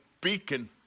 beacon